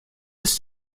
ist